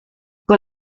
con